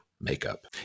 makeup